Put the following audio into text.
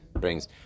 brings